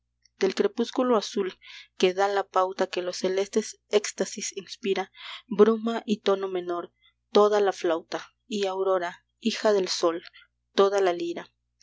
del crepúsculo azul que da la pauta que los celestes éxtasis inspira bruma y tono menor toda la flauta y aurora hija del sol toda la lira